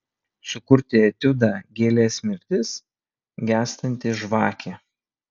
sukurti etiudą gėlės mirtis gęstanti žvakė